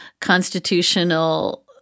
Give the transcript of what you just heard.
constitutional